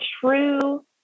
true